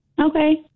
okay